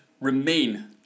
remain